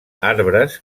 arbres